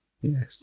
Yes